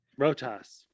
rotas